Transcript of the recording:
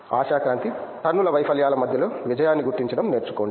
ఆశా క్రాంతి టన్నుల వైఫల్యాల మధ్యలో విజయాన్ని గుర్తించడం నేర్చుకోండి